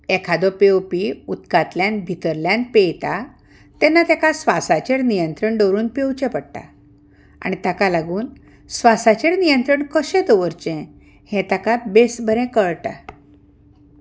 एखादो पेंवपी उदकांतल्यान भितरल्यान पेंयता तेन्ना ताका स्वासाचेर नियंत्रण दवरून पेंवचें पडटा आनी ताका लागून स्वासाचेर नियंत्रण कशें दवरचें हें ताका बेस बरें कळटा